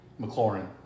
McLaurin